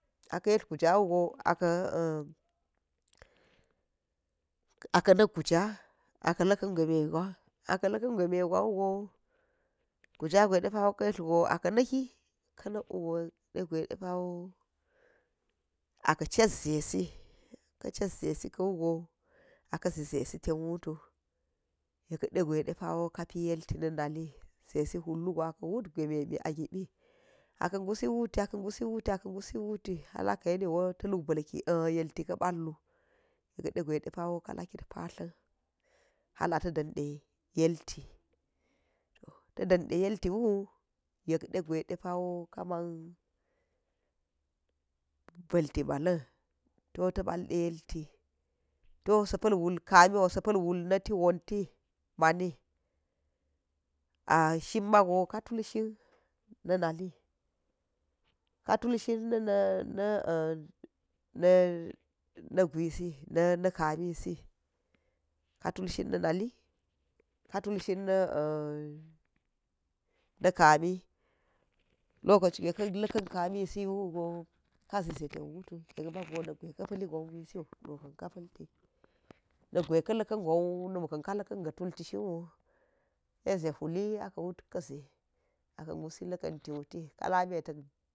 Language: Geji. A ka̱ yetl gujawugo, a ka̱ na̱ guja, a ka̱ la̱ka̱n gweme gwa, a ka̱ la̱ ka̱n gweme gwa wugo guja gwe de pawo ka hetl wu go yek de gwedepa wo a ka̱ chet ze si ka chet ze si ka̱ wugo a ka̱ zi ze si ten wutu uyek de gwe de paw okapi yelti nị nali, ze si hul wugo a pa ka̱ wut gweme mi a gibi, a ka̱ gusi wuti a ka̱ gwusi wuti hal a ka̱ yeni woo ta̱ luk bilki, hal a, ka̱ yenniwo yelti ka̱ ba̱lwo yek de gwe de pawo ka lakkit patla̱n hal a ta̱ dịn de yelti, toh ta̱ din de yelti wo yek de gwe de pawo ka ma̱n ba̱lti mɓalan to ta̱ ba̱l de yelti, toh kami wo spa̱l wul na̱ nali wonti mani shin mago ka tulshim na̱ na li, ka̱ tul shin na̱ gwisi, ka tul shin na̱ na li, ka tul shin na̱ kami lokoci gwe ka̱ la̱ka̱n kami si wugo kazi ze ten wutu yek mago na̱ gwe ka̱ pa̱li gwanwi siu, nu ka̱n ka pa̱l ti, na̱ gwe ka la̱kan ga̱ tul ti shin wu sai ze huli a pa ka̱ wut ka̱ ze z ka̱ ngusi la̱kan ti wuti.